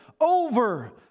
over